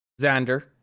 Xander